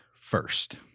first